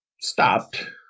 stopped